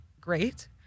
great